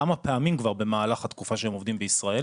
כמה פעמים כבר במהלך התקופה שהם עובדים בישראל,